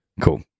Cool